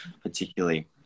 particularly